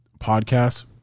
podcast